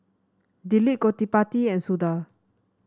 Dilip Gottipati and Suda